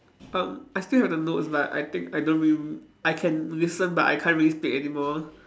um I still have the notes but I think I don't really I can listen but I can't really speak anymore